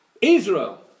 Israel